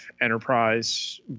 enterprise